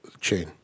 Chain